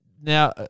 Now